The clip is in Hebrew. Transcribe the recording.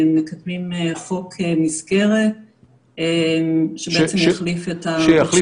מקדמים חוק מסגרת שבעצם יחליף את שלוש התקנות